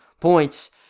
points